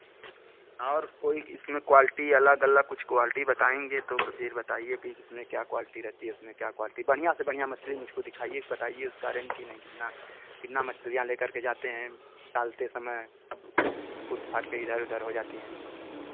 और कोई इसमें क्वालिटी अलग अलग कुछ क्वालिटी बताएँगे तो फिर बताईए कि कितने फिर क्या क्वालिटी रहती है इसमें क्या क्वालिटी बढ़िया से बढ़िया मछली मुझको दिखाईए बताईए उसका रेन कि नहीं कितना कितना मछलियाँ लेकर के जाते हैं पालते समय तब फूट फाट कर इधर उधर हो जाती हैं